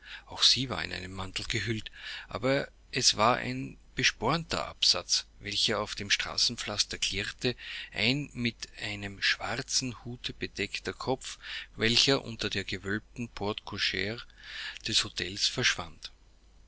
auch sie war in einen mantel gehüllt aber es war ein bespornter absatz welcher auf dem straßenpflaster klirrte ein mit einem schwarzen hute bedeckter kopf welcher unter der gewölbten porte cochre des hotels verschwand